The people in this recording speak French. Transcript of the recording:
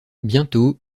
bientôt